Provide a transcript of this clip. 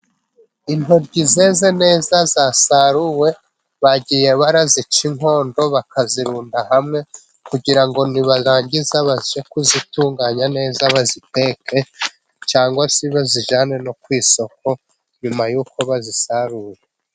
Intobyi zeze neza zasaruwe. Bagiye barazica inkondo, bakazirunda hamwe. Kugira ngo nibarangiza, baje kuzitunganya neza. Baziteke cyangwa se bazijyane no ku isoko nyuma y'uko bazisarura.